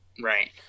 right